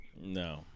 No